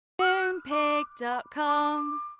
Moonpig.com